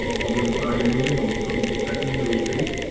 alderman macleod, you're moving, alderman pootmans you're second. and are we agreed?